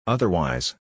Otherwise